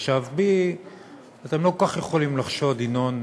עכשיו, בי אתם לא כל כך יכולים לחשוד, ינון,